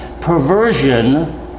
perversion